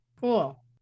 Cool